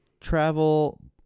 travel